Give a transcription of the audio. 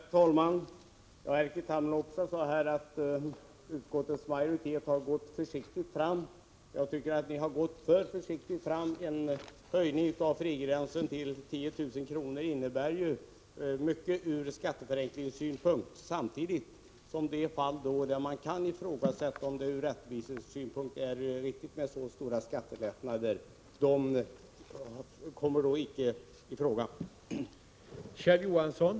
Herr talman! Erkki Tammenoksa sade här att utskottets majoritet har gått försiktigt fram. Jag tycker att ni har gått för försiktigt fram. En höjning av frigränsen till 10 000 kr. innebär ju mycket ur skatteförenklingssynpunkt, samtidigt som det icke kommer att beviljas skattebefrielse i de fall där skattelättnadernas storlek kan ifrågasättas ur rättvisesynpunkt.